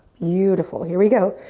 yeah beautiful. here we go.